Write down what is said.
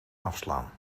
afslaan